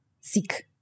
seek